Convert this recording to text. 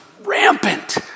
rampant